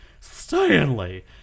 Stanley